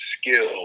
skill